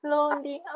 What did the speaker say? Lonely